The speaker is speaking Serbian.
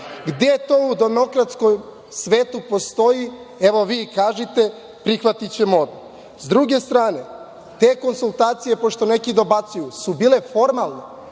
Gde to u demokratskom svetu postoji, evo vi kažite, prihvatićemo odmah.S druge strane, te konsultacije, pošto neki dobacuju, su bile formalne,